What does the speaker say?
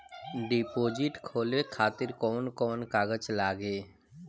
Deposit खोले खातिर कौन कौन कागज लागी?